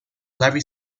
levi